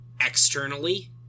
externally